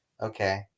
Okay